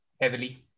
heavily